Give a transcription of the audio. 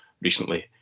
recently